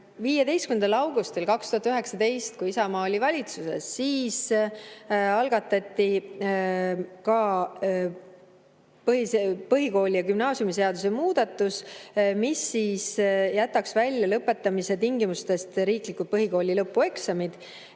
15. augustil 2019, kui Isamaa oli valitsuses, algatati põhikooli- ja gümnaasiumiseaduse muudatus, mis jätnuks lõpetamise tingimustest välja riiklikud põhikooli lõpueksamid.